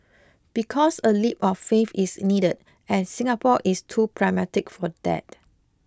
because a leap of faith is needed and Singapore is too pragmatic for that